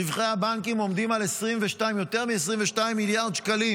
רווחי הבנקים עומדים על יותר מ-22 מיליארד שקלים.